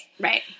right